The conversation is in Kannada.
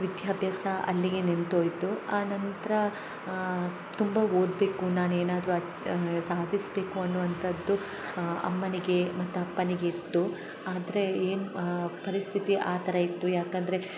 ವಿದ್ಯಾಭ್ಯಾಸ ಅಲ್ಲಿಗೆ ನಿಂತೋಯಿತು ಆ ನಂತರ ತುಂಬ ಓದಬೇಕು ನಾನು ಏನಾದರು ಅಚ್ ಸಾಧಿಸ್ಬೇಕು ಅನ್ನುವಂಥದ್ದು ಅಮ್ಮನಿಗೆ ಮತ್ತು ಅಪ್ಪನಿಗೆ ಇತ್ತು ಆದರೆ ಏನು ಪರಿಸ್ಥಿತಿ ಆ ಥರ ಇತ್ತು ಯಾಕಂದರೆ